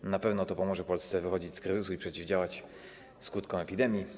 To na pewno pomoże Polsce wychodzić z kryzysu i przeciwdziałać skutkom epidemii.